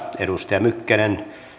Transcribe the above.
edustajan mykkänen